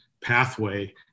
pathway